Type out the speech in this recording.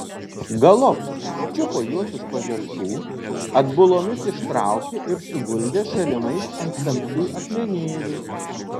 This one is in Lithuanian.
galop čiupo juos už pažastų atbulomis ištraukė ir suguldė šalimais ant tamsių akmenėlių